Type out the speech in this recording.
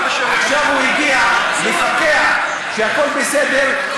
ועכשיו הוא הגיע לפקח שהכול בסדר,